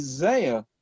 Isaiah